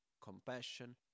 compassion